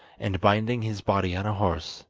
and binding his body on a horse,